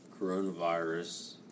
coronavirus